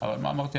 אבל אמרתי,